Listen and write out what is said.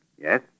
Yes